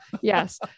Yes